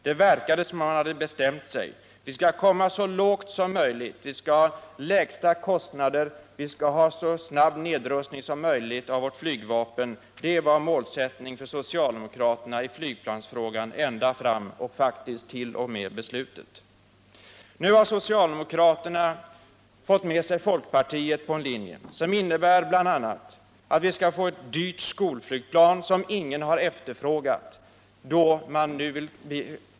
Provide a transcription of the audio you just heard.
Det verkade som om man hade bestämt sig för att komma så lågt som möjligt. Vi skall ha lägsta kostnader, vi skall ha en så snabb nedrustning som möjligt av vårt flygvapen —det var målsättningen för socialdemokraterna i flygplansfrågan under utredningens hela gång och faktiskt fram till beslutet. Nu har socialdemokraterna fått med sig folkpartiet på en linje som innebär bl.a. att vi skall få ett dyrt skolflygplan som ingen har efterfrågat.